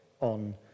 on